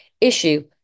issue